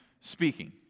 speaking